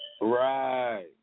Right